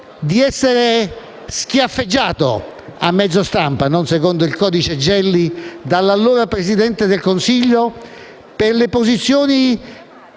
di essere schiaffeggiato (a mezzo stampa, non secondo il codice Gelli) dall'allora Presidente del Consiglio per le posizioni